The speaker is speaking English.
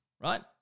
right